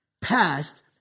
past